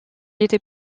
était